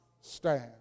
stand